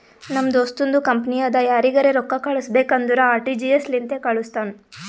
ನಮ್ ದೋಸ್ತುಂದು ಕಂಪನಿ ಅದಾ ಯಾರಿಗರೆ ರೊಕ್ಕಾ ಕಳುಸ್ಬೇಕ್ ಅಂದುರ್ ಆರ.ಟಿ.ಜಿ.ಎಸ್ ಲಿಂತೆ ಕಾಳುಸ್ತಾನ್